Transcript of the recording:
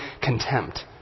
contempt